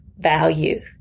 value